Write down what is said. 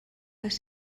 les